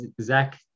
Zach